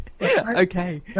Okay